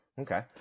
Okay